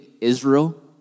Israel